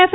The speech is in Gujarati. એફ